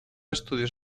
estudios